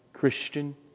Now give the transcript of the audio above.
Christian